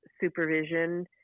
supervision